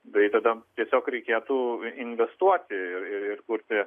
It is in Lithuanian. tai tada tiesiog reikėtų investuoti ir ir kurti